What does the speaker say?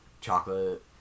chocolate